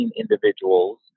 individuals